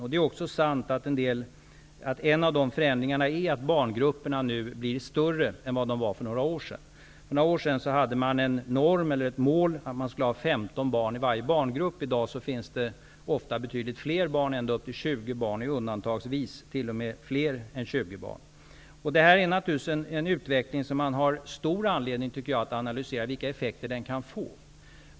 Vidare är det sant att en av förändringarna är att barngrupperna nu blir större än vad de var för några år sedan. Då var målet att det skulle vara 15 barn i varje grupp. I dag finns det ofta betydligt fler barn i en grupp. Det kan vara upp till 20 barn i en grupp. Undantagsvis är det t.o.m. fler än 20 barn. Denna utveckling tycker jag att det finns stor anledning att analysera med avseende på effekterna.